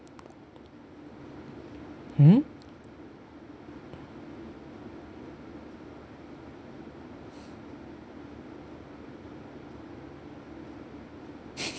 !huh!